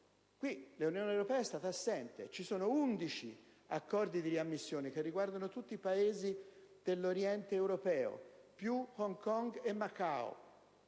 l'Unione europea è stata assente. Vi sono 11 accordi di riammissione che riguardano i Paesi dell'oriente europeo, più Hong Kong e Macao;